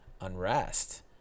unrest